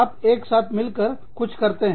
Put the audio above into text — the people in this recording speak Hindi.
आप एक साथ मिलकर कुछ करते हैं